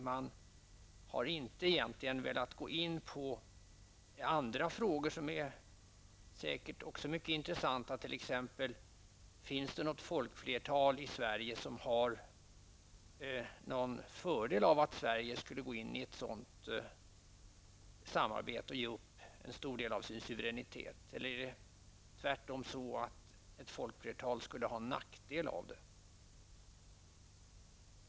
Man har egentligen inte velat gå in på andra frågor som säkert också är mycket intressanta t.ex.: Har folkflertalet i Sverige någon fördel av att vårt land går in i ett sådant samarbete och ger upp en stor del av sin suveränitet? Eller är det tvärtom så att folkflertalet skulle ha nackdel av det?